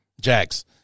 Jags